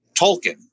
Tolkien